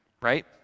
right